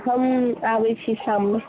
हम आबै छी शाममे